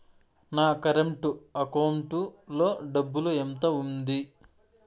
నా current account లో డబ్బులు ఎంత ఉంది?